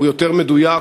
הוא יותר מדויק,